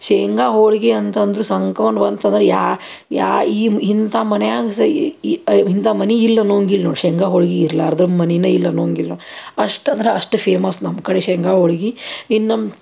ಶೇಂಗಾ ಹೋಳ್ಗೆ ಅಂತಂದ್ರೆ ಸಂಕ್ರಮಣ್ ಬಂತಂದ್ರೆ ಯಾ ಯಾ ಈ ಇಂಥ ಮನೆಯಾಗ ಸ ಇಂಥ ಮನೆ ಇಲ್ಲ ಅನ್ನುವಂಗೆ ಇಲ್ಲ ನೋಡಿ ಶೇಂಗಾ ಹೋಳ್ಗೆ ಇರ್ಲಾರದ ಮನೆನೇ ಇಲ್ಲ ಅನ್ನುವಂಗ ಇಲ್ಲ ಅಷ್ಟು ಅಂದ್ರೆ ಅಷ್ಟು ಫೇಮಸ್ ನಮ್ಮ ಕಡೆ ಶೇಂಗಾ ಹೋಳ್ಗಿ ಇನ್ನು